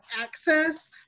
access